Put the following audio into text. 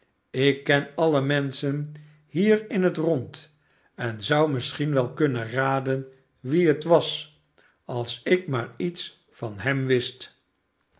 ik ken alle menschen hier in het rond en zou misschien wel kunnen raden wie het was als ik maar iets van hem wist